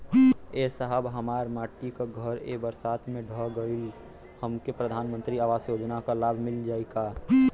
ए साहब हमार माटी क घर ए बरसात मे ढह गईल हमके प्रधानमंत्री आवास योजना क लाभ मिल जाई का?